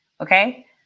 Okay